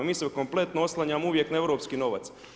Mi se kompletno oslanjamo uvijek na europski novac.